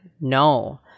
no